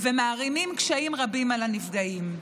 ומערימות קשיים רבים על הנפגעים.